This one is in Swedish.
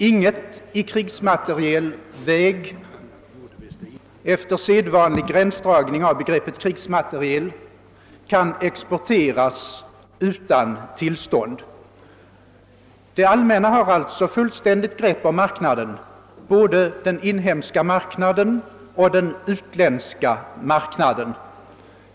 Ingenting i krigsmaterielväg — efter sedvanlig gränsdragning kring vad som avses med begreppet krigsmateriel — kan exporteras utan tillstånd. Det allmänna har alltså fullständigt grepp om marknaden, både den inhemska och den utländska.